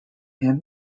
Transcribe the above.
him